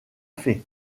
fait